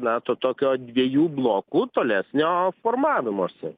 na to tokio dviejų blokų tolesnio formavimosi